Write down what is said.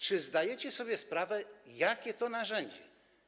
Czy zdajecie sobie sprawę, jakie jest to narzędzie?